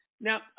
Now